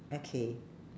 okay